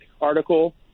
article